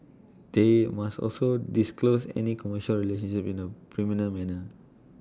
they must also disclose any commercial relationships in A prominent manner